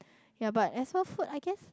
ya but as well food I guess